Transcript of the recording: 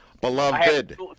Beloved